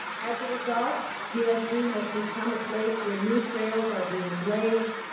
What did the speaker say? as a result, usc has become a place where neutrals are being blaze,